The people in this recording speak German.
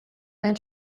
sein